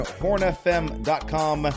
hornfm.com